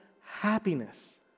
happiness